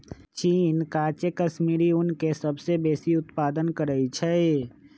चीन काचे कश्मीरी ऊन के सबसे बेशी उत्पादन करइ छै